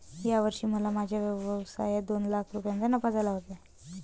या वर्षी मला माझ्या व्यवसायात दोन लाख रुपयांचा नफा झाला आहे